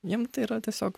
jiem tai yra tiesiog